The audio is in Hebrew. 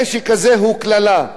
הנשק הזה הוא קללה.